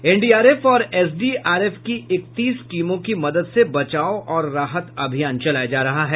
NDRF और SDRF की इकतीस टीमों की मदद से बचाव और राहत अभियान चलाया जा रहा है